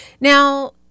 now